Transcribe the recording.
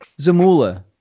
Zamula